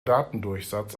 datendurchsatz